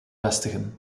vestigen